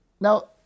Now